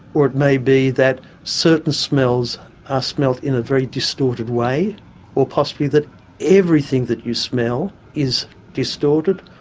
or it may be that certain smells are smelt in a very distorted way or possibly that everything that you smell is distorted,